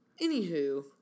anywho